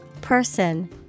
Person